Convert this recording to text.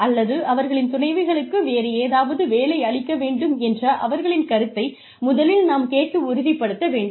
அல்லது அவர்களின் துணைவிகளுக்கு வேறு ஏதாவது வேலை அளிக்க வேண்டும் என்ற அவர்களின் கருத்தை முதலில் நாம் கேட்டு உறுதிப்படுத்த வேண்டும்